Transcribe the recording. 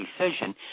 decision